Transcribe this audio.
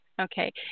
okay